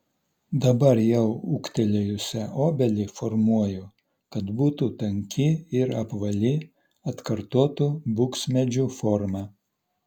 dabar jau ūgtelėjusią obelį formuoju kad būtų tanki ir apvali atkartotų buksmedžių formą